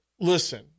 Listen